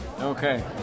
Okay